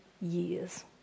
years